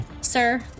Sir